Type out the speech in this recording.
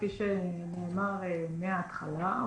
כפי שנאמר מהתחלה,